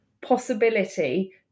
possibility